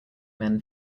men